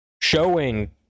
showing